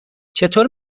چطور